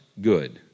good